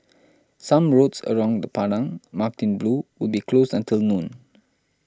some roads around the Padang marked in blue will be closed until noon